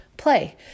play